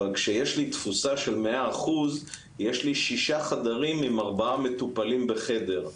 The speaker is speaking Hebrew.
אבל כשיש לי תפוסה של 100% יש לי 6 חדרים עם 4 מטופלים בחדר.